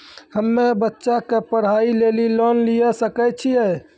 हम्मे बच्चा के पढ़ाई लेली लोन लिये सकय छियै?